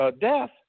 Death